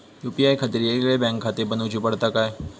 UPI खातीर येगयेगळे बँकखाते बनऊची पडतात काय?